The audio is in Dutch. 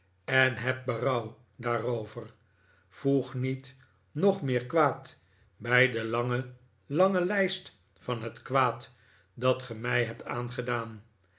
en heb berouw daarover voeg niet nog meer kwaad bij de lange lange lijst van het kwaad dat ge mij hebt aangedaan